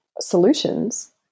solutions